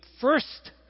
first